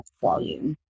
volume